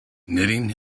knitting